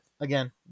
again